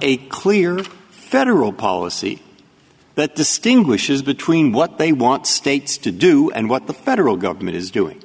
a clear federal policy that distinguishes between what they want states to do and what the federal government is doing